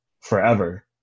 forever